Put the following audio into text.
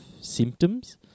symptoms